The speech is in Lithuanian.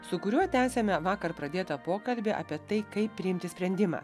su kuriuo tęsiame vakar pradėtą pokalbį apie tai kaip priimti sprendimą